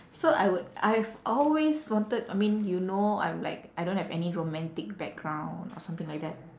so I would I've always wanted I mean you know I'm like I don't have any romantic background or something like that